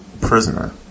prisoner